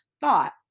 thought